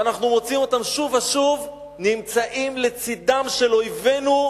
ואנחנו מוצאים אותם שוב ושוב לצדם של אויבינו.